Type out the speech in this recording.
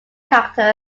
character